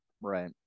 Right